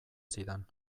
zidan